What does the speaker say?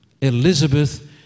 Elizabeth